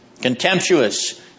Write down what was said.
contemptuous